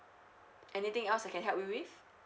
anything else I can help you with